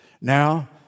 Now